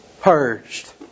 purged